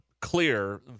clear